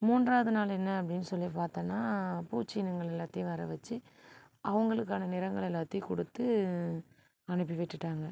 மூன்றாவது நாள் என்ன அப்டின்னு சொல்லி பார்த்தம்னா பூச்சி இனங்கள் எல்லாத்தையும் வர வச்சு அவங்களுக்கான நிறங்கள் எல்லாத்தையும் கொடுத்து அனுப்பி விட்டுட்டாங்க